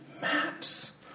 Maps